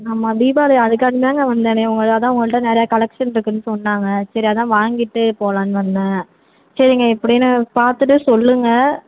ஆமாம் தீபாவளி அதுக்காண்டிதாங்க வந்தனே உங்கள அதான் உங்கள்ட்ட நிறையா கலெக்சன் இருக்குன்னு சொன்னாங்க சரி அதான் வாங்கிகிட்டு போலான்னு வந்தேன் சரிங்க எப்படின்னு பார்த்துட்டு சொல்லுங்கள்